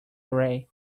array